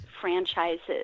franchises